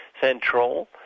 central